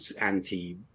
anti